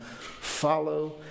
follow